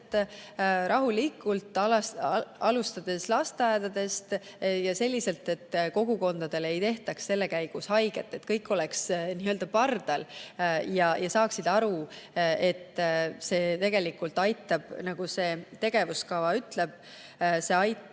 rahulikult, alustades lasteaedadest ja selliselt, et kogukondadele ei tehtaks selle käigus haiget, et kõik oleks n-ö pardal ja saaksid aru, et see tegelikult aitab, nagu see tegevuskava ütleb, inimestel